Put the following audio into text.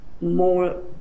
more